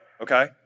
okay